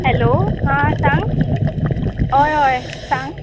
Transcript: hello हां सांग हय हय सांग